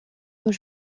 aux